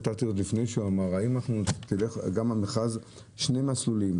כתבתי עוד לפני שהוא אמר שני מסלולים,